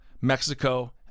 Mexico